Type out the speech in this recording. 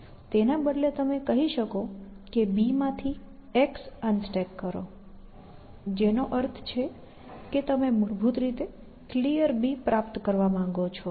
તેના બદલે તમે કહી શકો કે B માંથી x અનસ્ટેક કરો જેનો અર્થ છે કે તમે મૂળભૂત રીતે Clear પ્રાપ્ત કરવા માંગો છો